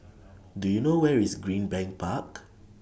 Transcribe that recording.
Do YOU know Where IS Greenbank Park